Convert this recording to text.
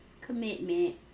commitment